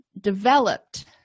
developed